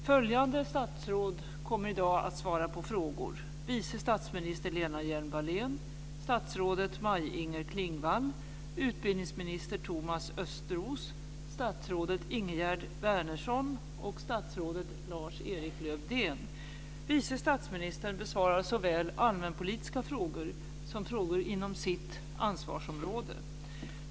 Följande statsråd kommer i dag att svara på frågor: Vice statsminister Lena Hjelm-Wallén, statsrådet Vice statsministern besvarar såväl allmänpolitiska frågor som frågor inom sitt ansvarsområde.